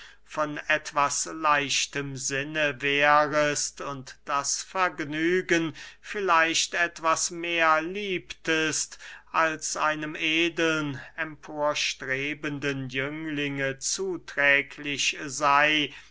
von etwas leichtem sinne wärest und das vergnügen vielleicht etwas mehr liebtest als einem edeln emporstrebenden jünglinge zuträglich sey